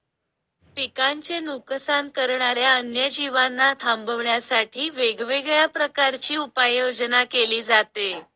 पिकांचे नुकसान करणाऱ्या अन्य जीवांना थांबवण्यासाठी वेगवेगळ्या प्रकारची उपाययोजना केली जाते